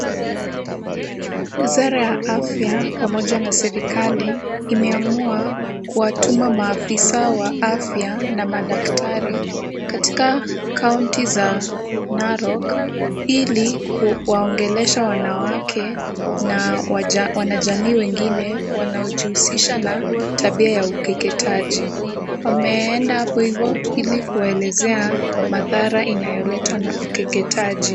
Wizara ya afya pamoja na serikali imeamua kuwatuma maafisa wa afya na madaktari katika kaunti za Narok, ili kuwaongelesha wanawake na wanajamii wengine wanaojihusisha na tabia ya ukeketaji. Wameenda hapo hivo ili kuwaelezea madhara inayoletwa na ukeketaji.